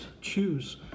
choose